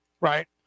right